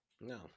no